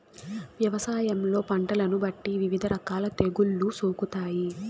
వ్యవసాయంలో పంటలను బట్టి వివిధ రకాల తెగుళ్ళు సోకుతాయి